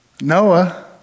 Noah